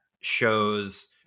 shows